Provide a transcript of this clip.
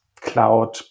cloud